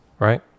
Right